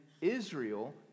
Israel